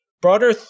Broader